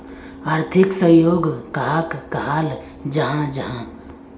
आर्थिक सहयोग कहाक कहाल जाहा जाहा?